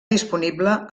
disponible